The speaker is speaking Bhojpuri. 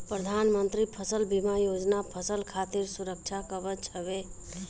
प्रधानमंत्री फसल बीमा योजना फसल खातिर सुरक्षा कवच हवे